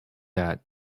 that